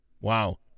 Wow